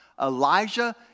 Elijah